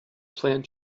planned